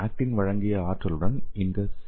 actin வழங்கிய ஆற்றலுடன் இந்த சி